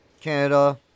Canada